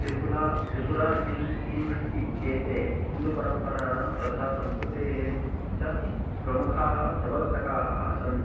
Tripura Tripura hill kings इत्येते हिन्दुपरम्पराणां तथा संस्कृतेः च प्रमुखाः प्रवर्तकाः आसन्